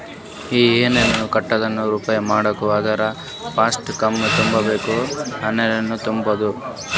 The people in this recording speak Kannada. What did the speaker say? ಇ ಇನ್ಸೂರೆನ್ಸ್ ಅಕೌಂಟ್ ಓಪನ್ ಮಾಡ್ಬೇಕ ಅಂದುರ್ ಫಸ್ಟ್ ಫಾರ್ಮ್ ತುಂಬಬೇಕ್ ಆನ್ಲೈನನ್ನು ತುಂಬೋದು